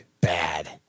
bad